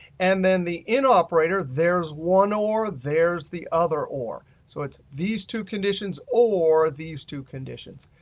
and then the in operator, there's one or, there's the other or. so it's these two conditions or these two conditions.